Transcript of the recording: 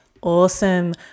Awesome